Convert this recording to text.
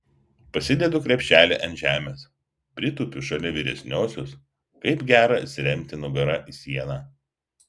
pasidedu krepšelį ant žemės pritūpiu šalia vyresniosios kaip gera atsiremti nugara į sieną